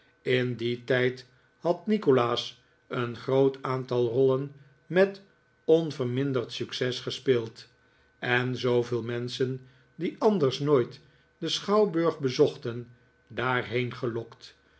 in dien tijd had nikolaas een groot aantal rollen met onverminderd succes gespeeld en zooveel menschen die anders nooit den schouwburg bezochten daarheen gelokt